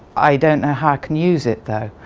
i don't know how i can use it though.